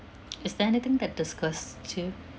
is there anything that disgusts you